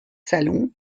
salons